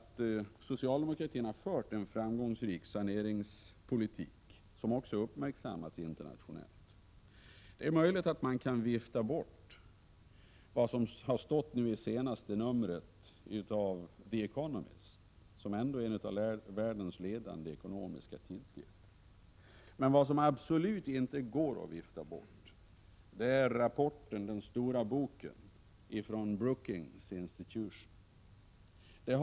Socialdemokratin har ändå fört en framgångsrik saneringspolitik, som också uppmärksammats internationellt. Det är möjligt att man kan vifta bort vad som har stått i senaste numret av The Economist, som är en av världens ledande ekonomitidskrifter, men vad som absolut inte går att vifta bort är den stora boken från Brookingsinstitutet.